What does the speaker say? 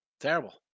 Terrible